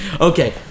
Okay